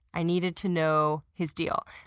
i needed to know his deal.